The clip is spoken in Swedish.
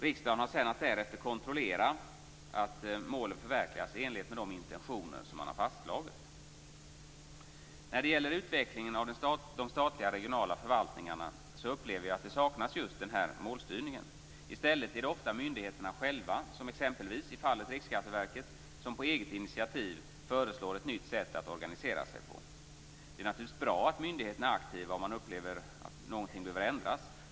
Riksdagen har därefter att kontrollera att målen förverkligas i enlighet med de intentioner som man har fastslagit. När det gäller utvecklingen av de statliga regionala förvaltningarna upplever jag att det just saknas målstyrning. I stället är det ofta myndigheterna själva, som t.ex. i fallet med Riksskatteverket, som på eget initiativ föreslår ett nytt sätt att organisera sig på. Det är naturligtvis bra att myndigheterna är aktiva om man upplever att någonting behöver ändras.